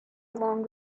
along